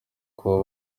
kuba